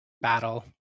battle